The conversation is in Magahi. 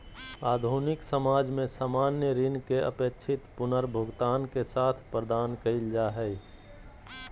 आधुनिक समाज में सामान्य ऋण के अपेक्षित पुनर्भुगतान के साथ प्रदान कइल जा हइ